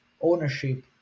ownership